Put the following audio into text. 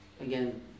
again